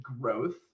growth